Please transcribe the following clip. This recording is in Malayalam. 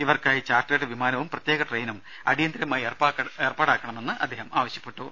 ഇവർക്കായി ചാർട്ടേഡ് വിമാനവും പ്രത്യേക ട്രെയിനും അടിയന്തരമായി ഏർപ്പാടാക്കണമെന്നും അദ്ദേഹം ആവശ്യപ്പെട്ടു